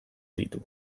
ditu